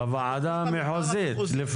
בוועדה המחוזית של חריש?